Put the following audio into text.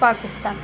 Pakistan